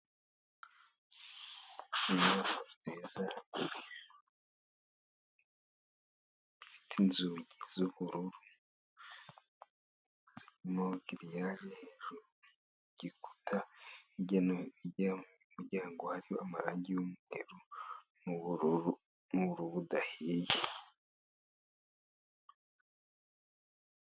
Inzu nziza ifite inzugi z'ubururu, isize irangi hejuru ku gikuta, hirya no hino ujya mu muryango hari amarangi y'umweru n'ubururu budahiye.